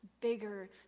bigger